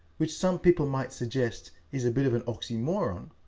which some people might suggest is a bit of an oxymoron,